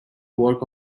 work